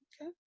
okay